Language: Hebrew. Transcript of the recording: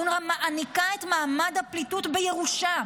אונר"א מעניקה את מעמד הפליטות בירושה.